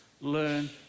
learn